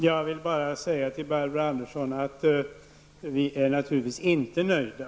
Herr talman! Jag vill till Barbro Andersson säga att vi naturligtvis inte är nöjda.